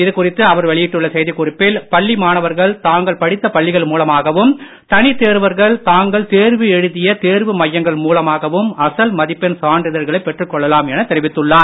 இதுகுறித்து அவர் வெளியிட்டுள்ள செய்திக்குறிப்பில் பள்ளி மாணவர்கள் தாங்கள் படித்த பள்ளிகள் மூலமாகவும் தனித் தேர்வர்கள் தாங்கள் தேர்வு எழுதிய தேர்வு மையங்கள் மூலமாகவும் அசல் மதிப்பெண் சான்றிதழ்களை பெற்றுக் கொள்ளலாம் என தெரிவித்துள்ளார்